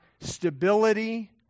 stability